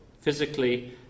physically